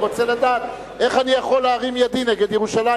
אני רוצה לדעת איך אני יכול להרים את ידי נגד ירושלים.